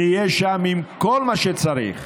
נהיה שם עם כל מה שצריך